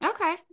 Okay